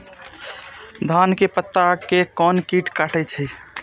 धान के पत्ता के कोन कीट कटे छे?